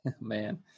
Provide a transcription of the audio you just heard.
man